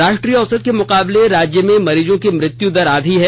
राष्ट्रीय औसत के मुकाबले राज्य में मरीजों की मृत्यु दर आधी है